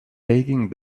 taking